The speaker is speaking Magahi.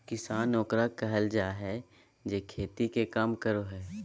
किसान ओकरा कहल जाय हइ जे खेती के काम करो हइ